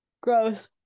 Gross